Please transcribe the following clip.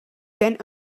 bent